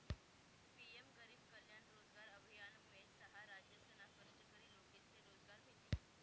PM गरीब कल्याण रोजगार अभियानमुये सहा राज्यसना कष्टकरी लोकेसले रोजगार भेटी